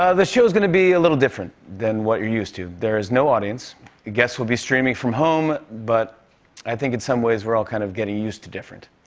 ah the show is gonna be a little different than what you're used to. there is no audience. the guests will be streaming from home. but i think in some ways we're all kind of getting used to different.